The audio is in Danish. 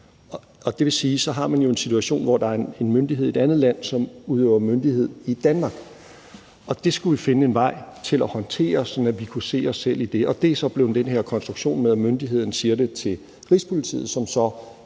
en situation, hvor der er en myndighed i et andet land, som udøver myndighed i Danmark. Det skulle vi finde en vej til at håndtere, sådan at vi kunne se os selv i det, og det er så blevet den her konstruktion med, at myndigheden siger det til Rigspolitiet, som så